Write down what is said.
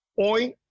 Oi